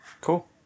cool